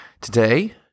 Today